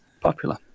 Popular